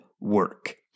work